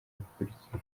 bakurikira